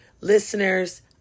listeners